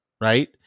right